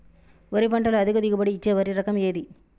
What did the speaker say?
వరి పంట లో అధిక దిగుబడి ఇచ్చే వరి రకం ఏది?